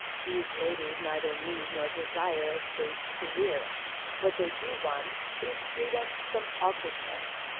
these ladies neither need nor desire a stage career what they do want is freedom from awkwardness,